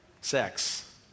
sex